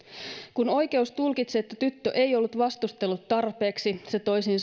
kun oikeus tulkitsi että tyttö ei ollut vastustellut tarpeeksi se toisin